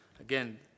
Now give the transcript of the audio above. Again